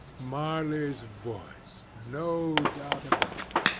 marley's voice, no doubt about it.